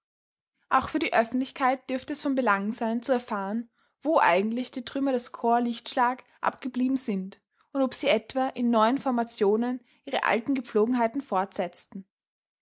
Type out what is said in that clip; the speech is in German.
auch für die öffentlichkeit dürfte es von belang sein zu erfahren wo eigentlich die trümmer des korps lichtschlag abgeblieben sind und ob sie etwa in neuen formationen ihre alten gepflogenheiten fortsetzen